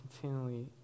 continually